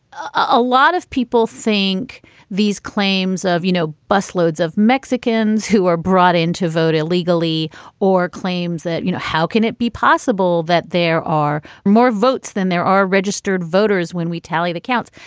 a lot of people think these claims of, you know, busloads of mexicans who are brought in to vote illegally or claims that, you know, how can it be possible that there are more votes than there are registered voters when we tally the counts?